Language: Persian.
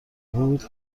بود